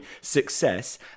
success